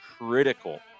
critical